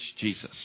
Jesus